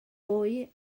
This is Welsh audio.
fwy